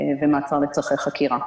ומעצר לצרכי חקירה.